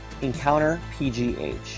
EncounterPGH